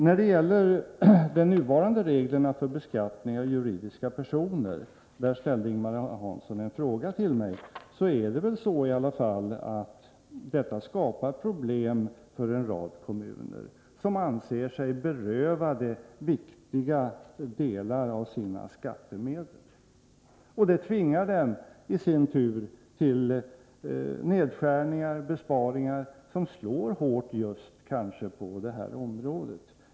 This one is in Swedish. När det gäller de nuvarande reglerna för beskattning av juridiska personer, där Ing-Marie Hansson ställde en fråga till mig, är det väl i alla fall så att dessa skapar problem för en rad kommuner som anser sig berövade viktiga delar av sina skattemedel. Det tvingar dem till nedskärningar och besparingar som slår hårt kanske just på detta område.